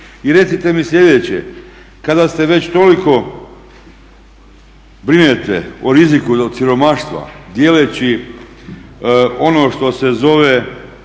I recite mi sljedeće, kada se već toliko brinete o riziku od siromaštva dijeleći ono što se zove